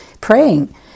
praying